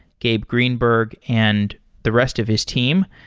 gabe greenberg and the rest of his team.